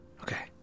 Okay